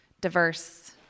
diverse